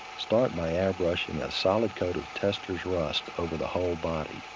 start by airbrushing that solid coat of testor's rust over the whole body.